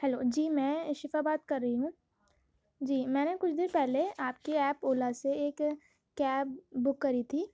hello جی میں شفا بات کر رہی ہوں جی میں نے کچھ دِن پہلے آپ کے ایپ اولا سے ایک کیب بک کری تھی